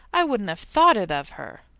i wouldn't have thought it of her.